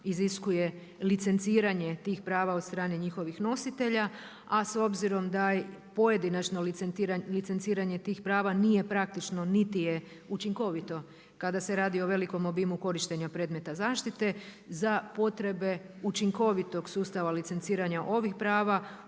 iziskuje licenciranje tih prava od strane njihovih nositelja. A s obzirom da pojedinačno licenciranje tih prava nije praktično niti je učinkovito kada se radi o velikom obimu korištenja predmeta zaštite za potrebe učinkovitog sustava licenciranja ovih prava,